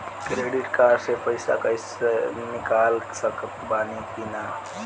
Credit card से पईसा cash निकाल सकत बानी की ना?